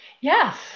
Yes